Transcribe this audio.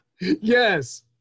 Yes